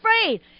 afraid